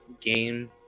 game